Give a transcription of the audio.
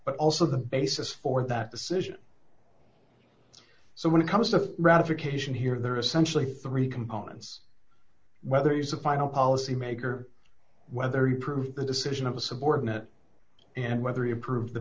but also the basis for that decision so when it comes to ratification here there are essentially three components whether he's a final policy maker whether he proved the decision of a subordinate and whether he approved the